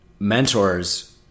Mentors